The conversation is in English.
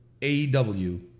AEW